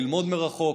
ללמוד מרחוק,